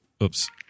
Oops